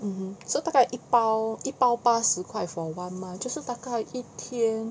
mm so 大概一包一包八十块 for one month 就是大概一天